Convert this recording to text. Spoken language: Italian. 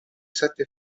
sette